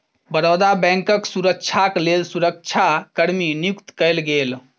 बड़ौदा बैंकक सुरक्षाक लेल सुरक्षा कर्मी नियुक्त कएल गेल